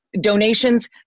donations